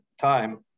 time